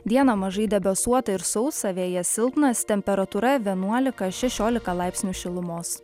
dieną mažai debesuota ir sausa vėjas silpnas temperatūra vienuolika šešiolika laipsnių šilumos